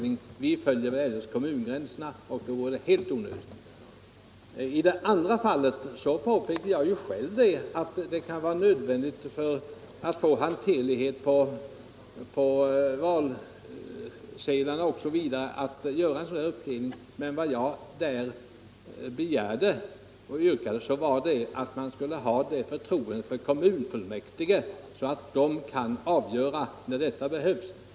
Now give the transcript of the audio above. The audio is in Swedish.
Man följer vanligen kommungränserna, och då är en samordning helt onödig. I det andra fallet påpekade jag själv att det kan vara nödvändigt för att få hanterlighet på valsedlarna att göra en uppdelning i valkretsar. Men vad jag där yrkade på var att man skulle ha det förtroendet för kommunfullmäktige att man låter dem avgöra när en uppdelning behövs.